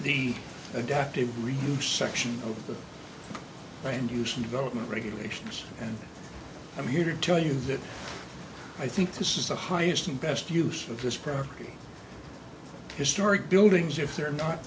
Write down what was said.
the adaptive reuse section of the brain and usually development regulations and i'm here to tell you that i think this is the highest and best use of just property historic buildings if they're not